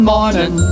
morning